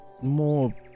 more